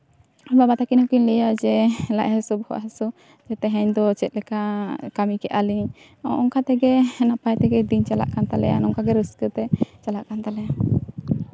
ᱵᱟᱵᱟ ᱛᱟᱹᱠᱤᱱ ᱦᱚᱸᱠᱤᱱ ᱞᱟᱹᱭᱟ ᱡᱮ ᱞᱟᱡ ᱦᱟᱹᱥᱩ ᱵᱚᱦᱚᱜ ᱦᱟᱹᱥᱩ ᱛᱮᱦᱤᱧ ᱫᱚ ᱪᱮᱫ ᱞᱮᱠᱟ ᱠᱟᱹᱢᱤ ᱠᱮᱜᱼᱟ ᱞᱤᱧ ᱚᱱᱠᱟ ᱛᱮᱜᱮ ᱱᱟᱯᱟᱭ ᱛᱮᱜᱮ ᱫᱤᱱ ᱪᱟᱞᱟᱜ ᱠᱟᱱ ᱛᱟᱞᱮᱭᱟ ᱚᱱᱠᱟᱜᱮ ᱨᱟᱹᱥᱠᱟᱹ ᱛᱮ ᱪᱟᱞᱟᱜ ᱠᱟᱱ ᱛᱟᱞᱮᱭᱟ